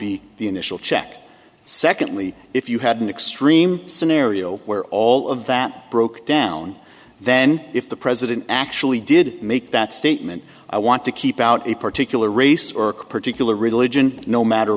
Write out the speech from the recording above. be the initial check secondly if you had an extreme scenario where all of that broke down then if the president actually did make that statement i want to keep out a particular race or a particular religion no matter